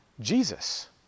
Jesus